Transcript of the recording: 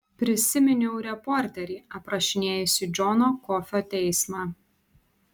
prisiminiau reporterį aprašinėjusį džono kofio teismą